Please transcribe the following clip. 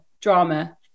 drama